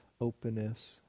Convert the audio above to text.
openness